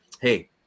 hey